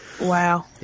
Wow